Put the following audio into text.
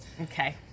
Okay